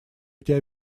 эти